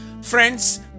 Friends